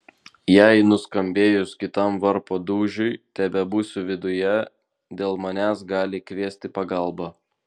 jei nuskambėjus kitam varpo dūžiui tebebūsiu viduje dėl manęs gali kviesti pagalbą